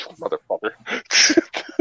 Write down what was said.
motherfucker